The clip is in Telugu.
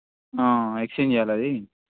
ఎక్స్చేంజ్ చేయాలి అది